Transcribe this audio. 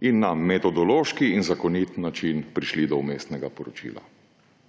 in na metodološki in zakonit način prišli do vmesnega poročila.